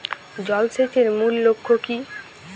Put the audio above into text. জল সেচের মূল লক্ষ্য কী?